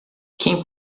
quem